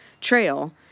trail